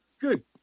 Good